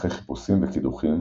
אחרי חיפושים וקידוחים